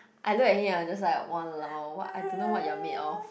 I look at him and I'm just like !walao! what I don't know what you are made of